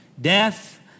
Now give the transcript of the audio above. death